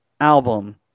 album